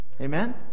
Amen